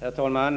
Herr talman!